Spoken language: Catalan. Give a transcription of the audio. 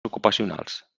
ocupacionals